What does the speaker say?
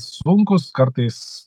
sunkus kartais